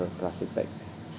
per plastic bags